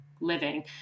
living